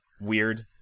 weird